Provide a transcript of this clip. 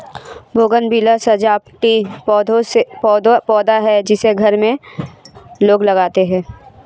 bougainvillea सजावटी पौधा है जिसे घर में लोग लगाते हैं